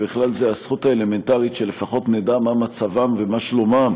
ובכלל זה הזכות האלמנטרית שלפחות נדע מה מצבם ומה שלומם